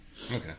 Okay